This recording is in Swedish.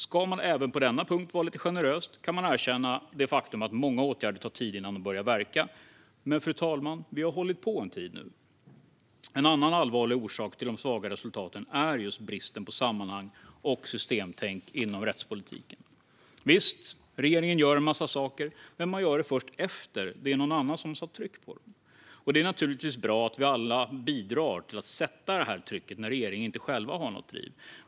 Ska man även på denna punkt vara lite generös kan man erkänna det faktum att det tar tid för många åtgärder att börja verka. Men, fru talman, vi har hållit på en tid nu. En annan allvarlig orsak till de svaga resultaten är bristen på sammanhang och systemtänkande inom rättspolitiken. Visst gör regeringen en massa saker, men den gör det först efter att någon annan har satt tryck på den. Det är naturligtvis bra att vi alla bidrar till att sätta detta tryck när regeringen själv inte har något driv.